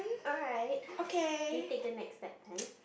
alright you take the next step then